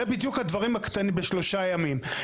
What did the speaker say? זה בדיוק הדברים הקטנים, בשלושה ימים.